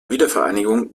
wiedervereinigung